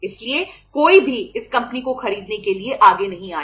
इसलिए कोई भी इस कंपनी को खरीदने के लिए आगे नहीं आया